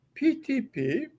PTP